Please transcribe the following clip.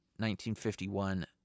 1951